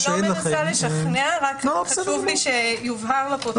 מה שאין לכם- -- אני לא מנסה לשכנע רק חשוב לי שיובהר לפרוטוקול